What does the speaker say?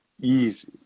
easy